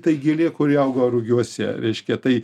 tai gėlė kuri auga rugiuose reiškia tai